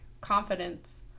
confidence